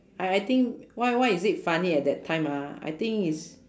I I think why why is it funny at that time ah I think is